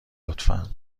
لطفا